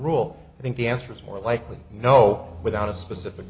rule i think the answer is more likely no without a specific